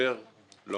המשבר לא